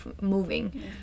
moving